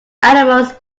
animals